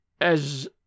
As